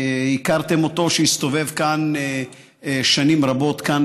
שהכרתם אותו, הסתובב שנים רבות כאן